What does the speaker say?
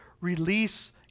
release